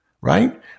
right